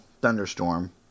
thunderstorm